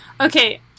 Okay